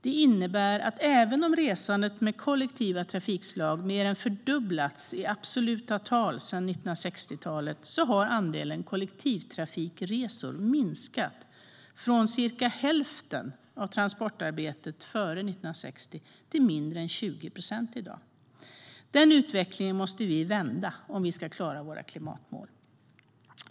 Det innebär att även om resandet med kollektiva trafikslag mer än fördubblats i absoluta tal sedan 1960-talet har andelen kollektivtrafikresor minskat från cirka hälften av transportarbetet före 1960 till mindre än 20 procent i dag. Den utvecklingen måste vi vända om vi ska klara våra klimatmål.